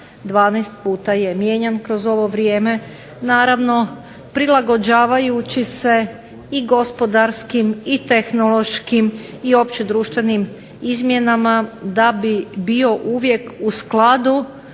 12 puta je mijenjan kroz ovo vrijeme, naravno prilagođavajući se i gospodarskim i tehnološkim i opće društvenim izmjenama da bi bio uvijek u skladu